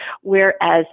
Whereas